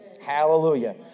Hallelujah